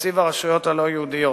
לתקציב הרשויות הלא-יהודיות.